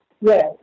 Yes